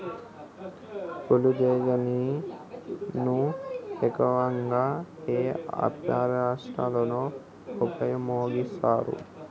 కొల్లాజెజేని ను ఎక్కువగా ఏ ఆపరేషన్లలో ఉపయోగిస్తారు?